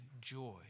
joy